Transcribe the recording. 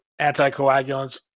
anticoagulants